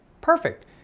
perfect